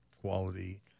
quality